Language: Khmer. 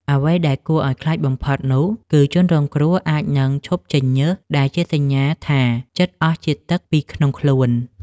អ្វីដែលគួរឱ្យខ្លាចបំផុតនោះគឺ ជនរងគ្រោះអាចនឹងឈប់ចេញញើស ដែលជាសញ្ញាថាជិតអស់ជាតិទឹកពីក្នុងខ្លួន។